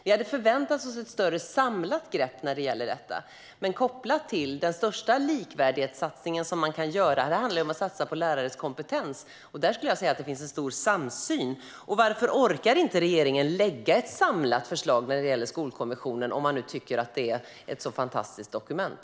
Vi hade förväntat oss ett större samlat grepp om detta. Men den största satsning på likvärdighet som man kan göra är att satsa på lärares kompetens. Jag skulle säga att det finns en stor samsyn om det. Varför orkar regeringen inte lägga fram ett samlat förslag utifrån Skolkommissionens utredning, om man nu tycker att det är ett så fantastiskt dokument?